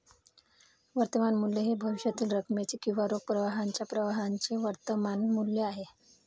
वर्तमान मूल्य हे भविष्यातील रकमेचे किंवा रोख प्रवाहाच्या प्रवाहाचे वर्तमान मूल्य आहे